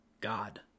God